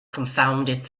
confounded